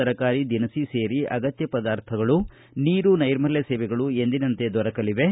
ತರಕಾರಿ ದಿನಸಿ ಸೇರಿ ಅಗತ್ಯ ಪದಾರ್ಥಗಳು ನೀರು ನೈರ್ಮಲ್ವ ಸೇವೆಗಳು ಎಂದಿನಂತೆ ದೊರಕಲಿವೆ